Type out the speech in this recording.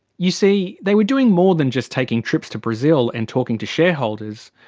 you see, they were doing more than just taking trips to brazil and talking to shareholders.